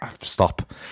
stop